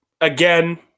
again